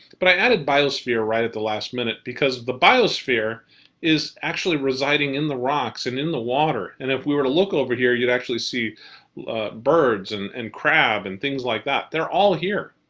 but i added biosphere right at the last minute because the biosphere is actually residing in the rocks and in the water. and if we were to look over here, you'd actually see birds and and crab and things like that. they're all here.